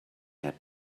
had